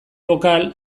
bokal